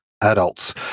adults